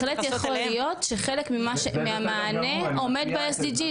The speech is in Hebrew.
בהחלט יכול להיות שחלק מהמענה עומד ב-SDG,